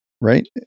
right